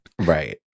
Right